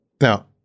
Now